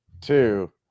two